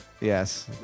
Yes